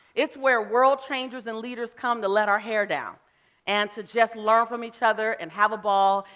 it's where world changers and leaders come to let our hair down and to just learn from each other, and have a ball,